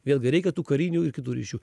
vėlgi reikia tų karinių ir kitų ryšių